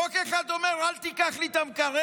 חוק אחד אומר: אל תיקח לי את המקרר,